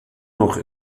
noch